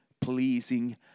pleasing